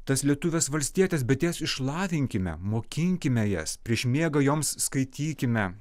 tas lietuves valstietes bet jas išlavinkime mokinkime jas prieš miegą joms skaitykime